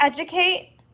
educate